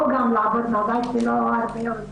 לא לעבוד מן הבית כי זה לא עוזר הרבה,